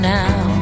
now